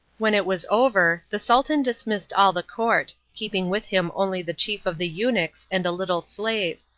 when it was over the sultan dismissed all the court, keeping with him only the chief of the eunuchs and a little slave.